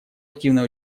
активное